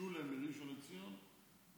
של שולם מראשון לציון,